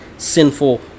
sinful